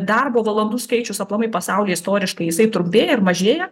darbo valandų skaičius aplamai pasaulyje istoriškai jisai trumpėja ir mažėja